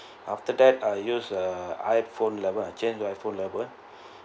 after that I use uh I_phone eleven I change to I_phone eleven